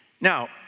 Now